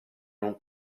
non